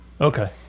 Okay